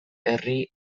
herri